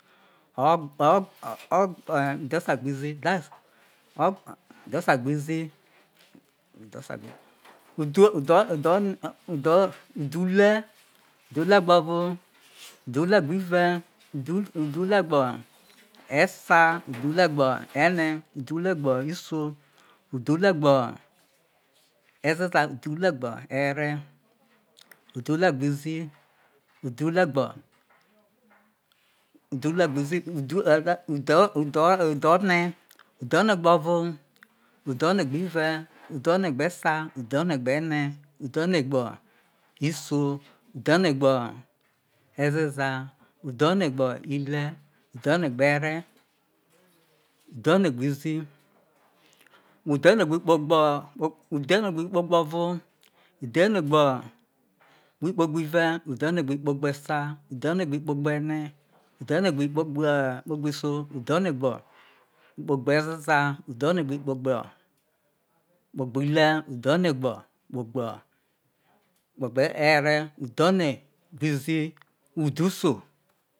O o e udhosa izi udho udho ne udho ule udhu le gbo ovo udhu legbo ive udhu legbo esa udhu legbo ene udhule gbo iso udhu legbo ezeza udhulegbo ile udhu legbo izi udhu legbo izi udho e udhore udho ene udhone abovo udhone gbo ive udho ne gbe ne udhone gbo iso udhone gbo ezeza udhone gbo ile udhone gbo ere udhone gbo izi udhone gbo ikpegbo vo udhonegbo ikpegbo ive udhonegbo ikpegbo esa udhonegbo ikpegbo ene udhone gbo ikpegboiso udhonegbo ikpe gbo ezeza udhonen gbo ikpe gbo ile udhone gbo ikpegbo ere udhone gbo ikpe gbo ere udhone gbo ikpe gbi izi udhe uso.